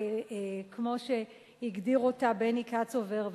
כמו שהגדיר אותה בני קצובר,